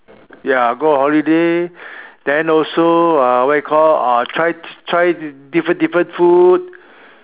ya go on holiday then also uh what you call uh try try different different food